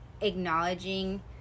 Acknowledging